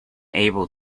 able